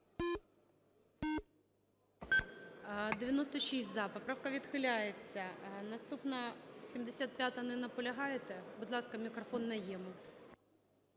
96-за. Поправка відхиляється. Наступна, 75-а. Не наполягаєте? Будь ласка, мікрофон Найєму.